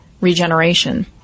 regeneration